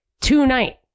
Tonight